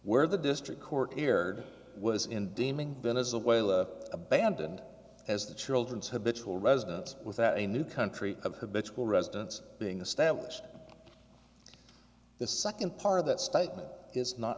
where the district court here was in deeming venezuela abandoned as the children's habitual residence without a new country of habitual residence being established the second part of that statement is not